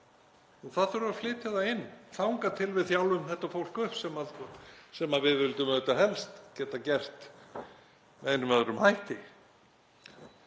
þá þarf að flytja það inn þangað til við þjálfum þetta fólk upp sem við vildum auðvitað helst geta gert með einum eða öðrum hætti.